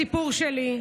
הסיפור שלי,